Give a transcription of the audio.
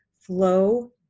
flow